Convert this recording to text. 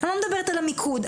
לא מדברת על המיקוד.